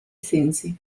sensi